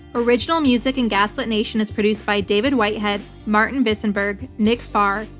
original music in gaslit nation is produced by david whitehead, martin visenberg, nick farr,